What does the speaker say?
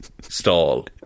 stall